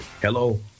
Hello